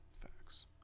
Facts